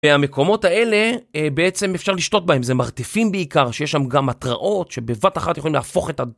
והמקומות האלה, בעצם אפשר לשתות בהם. זה מרתפים בעיקר, שיש שם גם התרעות, שבבת אחת יכולים להפוך את ה...